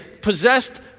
possessed